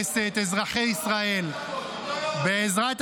עולה להרעיל בארות.